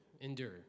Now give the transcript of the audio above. Endure